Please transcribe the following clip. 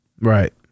Right